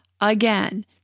again